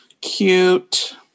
Cute